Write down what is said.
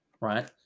Right